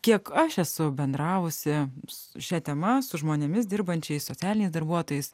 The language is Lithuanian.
kiek aš esu bendravusi su šia tema su žmonėmis dirbančiais socialiniais darbuotojais